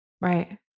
Right